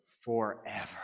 forever